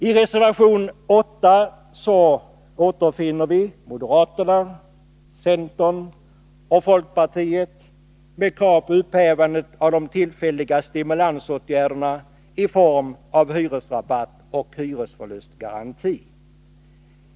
I reservation 8 finner vi krav från moderaterna, centern och folkpartiet om upphävande av de tillfälliga stimulansåtgärderna i form av hyresrabatt och hyresförlustgaranti.